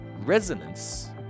resonance